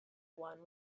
one